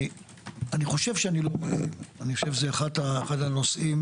אני חושב שזה אחד הנושאים